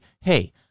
Hey